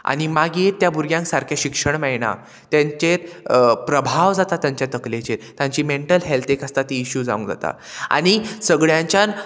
आनी मागीर त्या भुरग्यांक सारकें शिक्षण मेयणा तेंचेर प्रभाव जाता तांच्या तकलेचेर तांची मेंटल हेल्थ एक आसता ती इश्यू जावंक जाता आनी सगळ्यांच्यांत